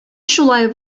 шулай